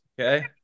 okay